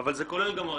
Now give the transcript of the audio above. אבל זה כולל גם הריגה,